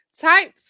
Type